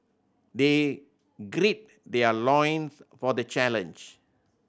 they gird their loins for the challenge